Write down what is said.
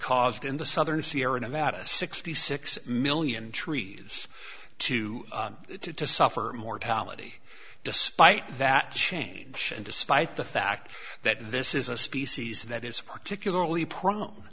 caused in the southern sierra nevada sixty six million trees to to to suffer mortality despite that change and despite the fact that this is a species that is particularly prone